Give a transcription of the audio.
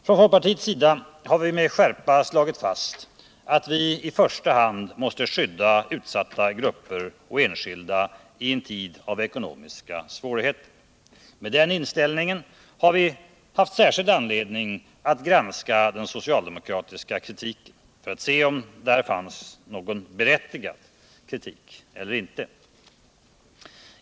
Från folkpartiets sida har vi med skärpa slagit fast att vi i första hand måste skydda utsatta grupper och enskilda i en tid av ekonomiska svårigheter. Med den inställningen har vi haft särskild anledning att granska den socialdemokratiska kritiken för att se om den var berättigad eller inte.